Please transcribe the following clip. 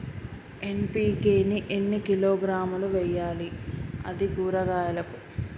NPK ని ఎన్ని కిలోగ్రాములు వెయ్యాలి? అది కూరగాయలకు?